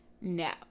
no